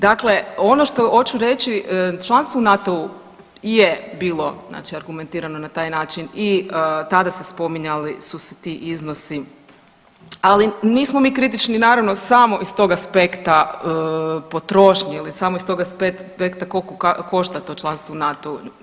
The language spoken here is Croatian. Dakle, ono što hoću reći, članstvo u NATO-u je bilo znači argumentirano na taj način i tada spominjali su se ti iznosi, ali nismo mi kritično naravno samo iz tog aspekta potrošnje ili samo iz tog aspekta koliko košta to članstvo u NATO-u.